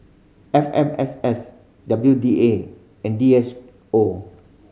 F M S S W D A and D S O